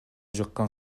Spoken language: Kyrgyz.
жаккан